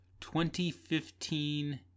2015